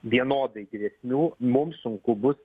vienodai grėsmių mums sunku bus